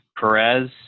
Perez